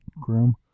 groom